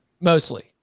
Mostly